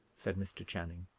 said mr. channing.